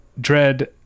dread